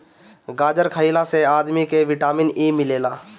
गाजर खइला से आदमी के विटामिन ए मिलेला